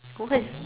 what